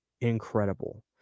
incredible